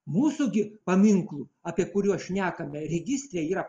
mūsų gi paminklų apie kuriuos šnekame registre yra